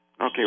Okay